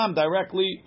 directly